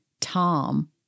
Tom